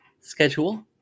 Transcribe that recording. schedule